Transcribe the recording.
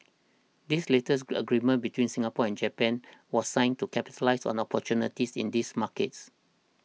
this latest agreement between Singapore and Japan was signed to capitalise on opportunities in these markets